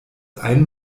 ein